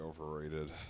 overrated